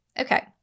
Okay